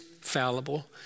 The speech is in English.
fallible